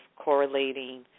correlating